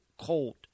cold